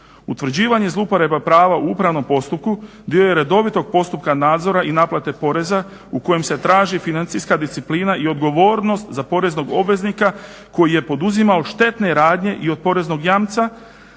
Utvrđivanje zlouporaba prava u upravnom postupku dio je redovitog postupka nadzora i naplate poreza u kojem se traži financijska disciplina i odgovornost za poreznog obveznika koji je poduzimao štetne radnje i od poreznog jamca